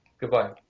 goodbye